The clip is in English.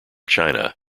china